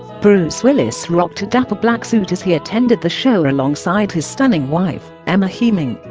bruce willis rocked a dapper black suit as he attended the show alongside his stunning wife, emma heming